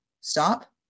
stop